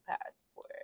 passport